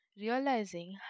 Realizing